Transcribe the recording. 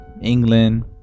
England